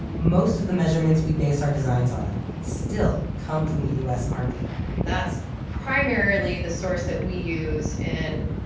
most of the measurements we base our designs on still come from the u s. army and that's primarily the source that we use in,